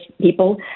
people